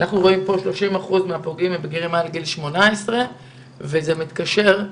אנחנו רואים ש-30% מן הפוגעים הם בגירים מעל גיל 18. זה מתקשר לכך